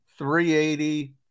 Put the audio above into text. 380